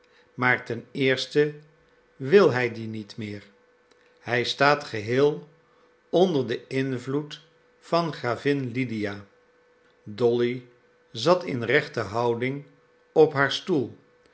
maar ten eerste wil hij die niet meer hij staat geheel onder den invloed van gravin lydia dolly zat in rechte houding op haar stoel